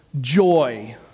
joy